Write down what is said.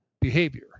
behavior